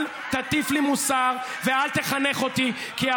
אל תטיף לי מוסר, עם האצבע.